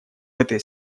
этой